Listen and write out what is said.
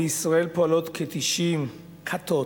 בישראל פועלות כ-90 כָּתות,